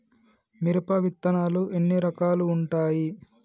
మిరప విత్తనాలు ఎన్ని రకాలు ఉంటాయి?